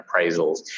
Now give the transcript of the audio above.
appraisals